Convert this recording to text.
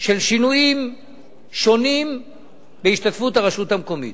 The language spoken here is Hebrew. של שינויים שונים בהשתתפות הרשות המקומית.